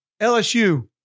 LSU